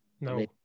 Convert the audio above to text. No